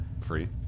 Free